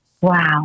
Wow